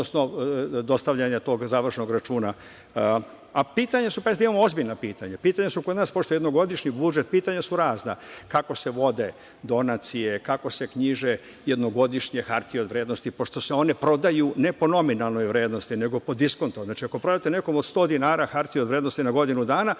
odnosno dostavljanja tog završnog računa. Imamo ozbiljna pitanja. Pitanja su kod nas, pošto imamo jednogodišnji budžet, razna – kako se vode donacije, kako se knjiže jednogodišnje hartije od vrednosti, pošto se one prodaju ne po nominalnoj vrednosti, nego po diskontnoj vrednosti. Znači, ako prodate nekome od 100 dinara hartiju od vrednosti na godinu dana,